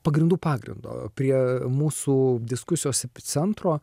pagrindų pagrindo prie mūsų diskusijos epicentro